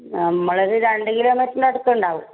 നമ്മളിത് രണ്ട് കിലോ മെറ്റിനടുത്തുന്നുണ്ടാവും